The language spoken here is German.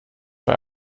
bei